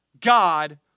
God